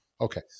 Okay